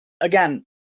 again